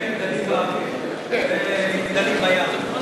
נבנה מגדלים באוויר ומגדלים בים.